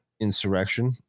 Insurrection